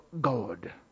God